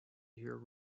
hear